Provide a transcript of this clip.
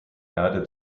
erde